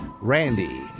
Randy